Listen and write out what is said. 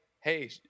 Hey